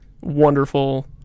wonderful